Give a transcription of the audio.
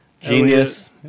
genius